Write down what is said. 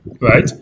right